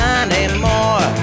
anymore